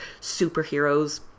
superheroes